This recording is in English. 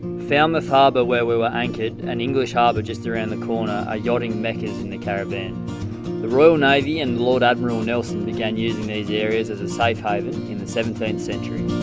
falmouth harbor where we were anchored and english harbor just around the corner are yachting mecca's in the caribbean the royal navy and lord admiral nelson began using these areas as a safe haven in the seventeenth century